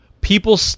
People